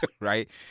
right